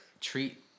treat